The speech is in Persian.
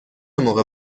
موقع